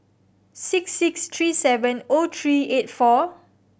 six six three seven O three eight four